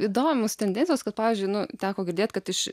įdomūs tendencijos kad pavyzdžiui nu teko girdėt kad iš